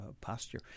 posture